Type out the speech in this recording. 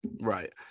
Right